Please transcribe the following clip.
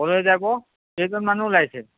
কলৈ যাব কেইজন মানুহ ওলাইছে